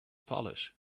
polish